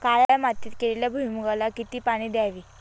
काळ्या मातीत केलेल्या भुईमूगाला किती पाणी द्यावे?